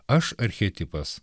aš archetipas